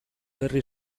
herri